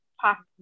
past